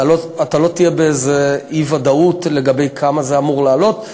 ולא תהיה איזו אי-ודאות לגבי כמה זה אמור לעלות.